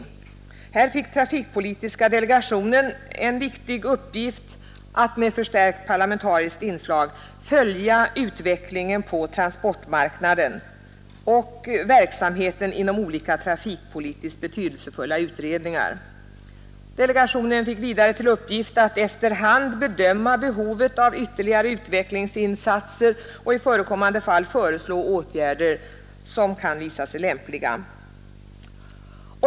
I det sammanhanget fick trafikpolitiska delegationen en viktig uppgift, nämligen att med förstärkt parlamentariskt inslag följa utvecklingen på transportmarknaden och verksamheten inom olika trafikpolitiskt betydelsefulla utredningar. Delegationen fick vidare i uppgift att efter hand bedöma behovet av ytterligare utvecklingsinsatser och i förekommande fall föreslå åtgärder som kan visa sig lämpliga.